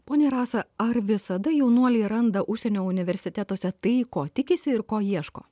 ponia rasa ar visada jaunuoliai randa užsienio universitetuose tai ko tikisi ir ko ieško